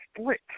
split